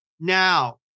now